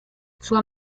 sua